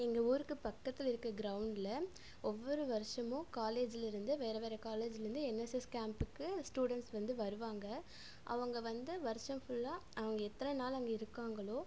எங்கள் ஊருக்கு பக்கத்தில் இருக்க கிரவுண்டில் ஒவ்வொரு வருஷமும் காலேஜுலருந்து வேறு வேறு காலேஜுலந்து என்எஸ்எஸ் கேம்புக்கு ஸ்டூடெண்ட்ஸ் வந்து வருவாங்க அவங்க வந்து வருஷம் ஃபுல்லாக அவங்க எத்தனை நாள் அங்கே இருக்காங்களோ